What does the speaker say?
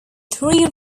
three